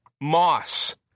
moss